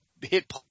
hit